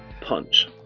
Punch